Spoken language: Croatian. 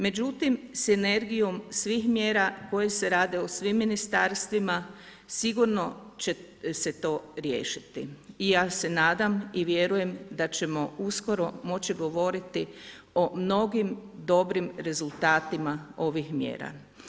Međutim, sinergijom svih mjera koje se rade u svim ministarstvima sigurno će se to riješiti i ja se nadam i vjerujem da ćemo uskoro moći govoriti o mnogim dobrim rezultatima ovih mjera.